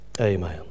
Amen